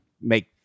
make